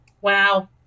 Wow